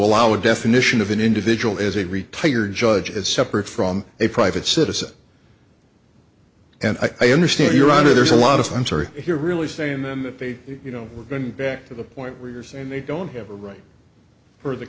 allow definition of an individual is a retired judge as separate from a private citizen and i understand your honor there's a lot of i'm sorry if you're really saying then that they you know we're going back to the point where years and they don't have a right for the